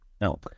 No